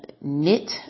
knit